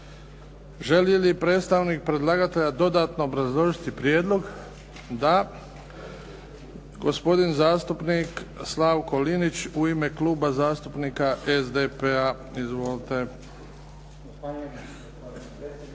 Želi li predstavnik predlagatelja dodatno obrazložiti prijedlog? Da. Gospodin zastupnik Slavko Linić u ime Kluba zastupnika SDP-a. Izvolite.